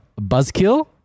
buzzkill